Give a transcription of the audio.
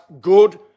good